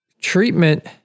Treatment